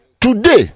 today